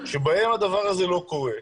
שבהם הדבר הזה לא קורה,